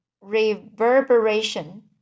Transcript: reverberation